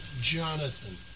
Jonathan